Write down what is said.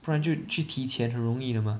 不然就去提钱很容易的 mah